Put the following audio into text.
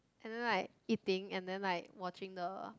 and then like eating and then like watching the